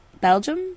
Belgium